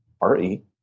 R-E